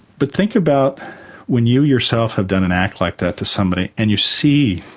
but think about when you yourself have done an act like that to somebody and you see